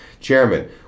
Chairman